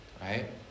right